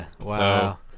Wow